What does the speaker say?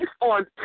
on